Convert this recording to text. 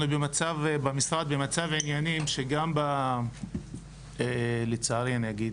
אנחנו במשרד במצב עניינים, לצערי אני אגיד,